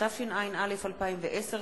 התשע"א 2010,